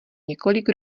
několik